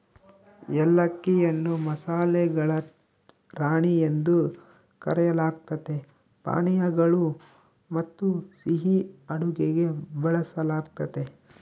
ಏಲಕ್ಕಿಯನ್ನು ಮಸಾಲೆಗಳ ರಾಣಿ ಎಂದು ಕರೆಯಲಾಗ್ತತೆ ಪಾನೀಯಗಳು ಮತ್ತುಸಿಹಿ ಅಡುಗೆಗೆ ಬಳಸಲಾಗ್ತತೆ